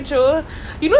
don't know lah